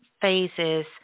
phases